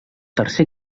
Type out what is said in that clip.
tercer